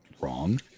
wrong